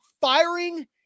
firing